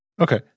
Okay